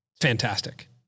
Fantastic